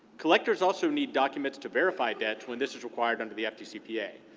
collectors also need documents to verify debts when this is required under the fdcpa.